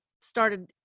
started